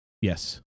Yes